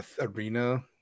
arena